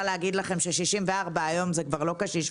להגיד לכם שגיל 64 היום זה כבר לא קשיש.